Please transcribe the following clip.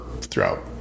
throughout